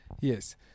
Yes